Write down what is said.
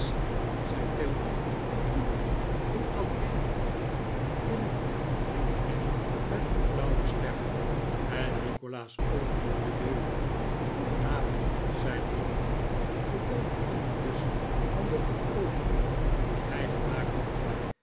tilda toe roep dan binnen binnen riep fanny met een flauwe stem en nikolaas opende de deur goedenavond zei de jongeman volkomen onbewust van de verovering die hij gemaakt had